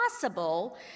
possible